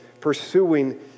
pursuing